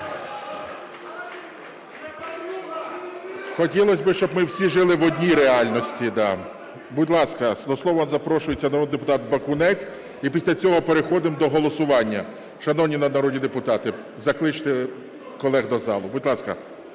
Хотілося б, щоб ми всі жили в одній реальності. Будь ласка, до слова запрошується народний депутат Бакунець і після цього переходимо до голосування. Шановні народні депутати, закличне колег до залу. Будь ласка,